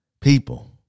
people